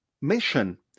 mission